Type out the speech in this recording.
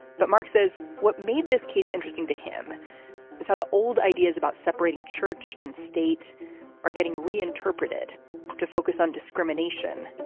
but mark says what made this case interesting to him is how the old ideas about separating church and state are getting reinterpreted to focus on discrimination.